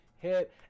hit